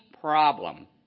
problem